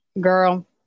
Girl